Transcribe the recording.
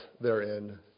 therein